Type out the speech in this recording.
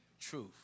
truth